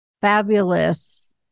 fabulous